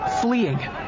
fleeing